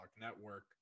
Network